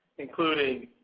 including